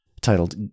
titled